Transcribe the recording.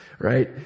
Right